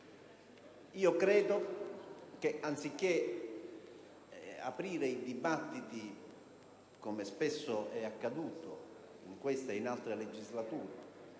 Credo che, anziché aprire dibattiti, come spesso è accaduto in questa e in altre legislature,